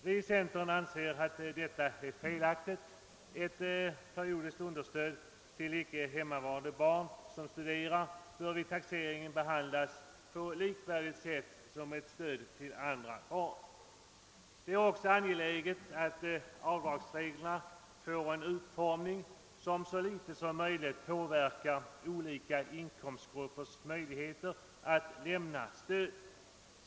Vi anser inom centerpartiet att detta är felaktigt. Periodiskt understöd till icke hemmavarande barn som studerar bör vid taxeringen behandlas på ett likvärdigt sätt. Det är också angeläget att avdragsreglerna får en utformning som så litet som möjligt påverkar olika inkomstgruppers möjligheter att lämna stöd.